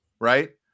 right